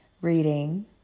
reading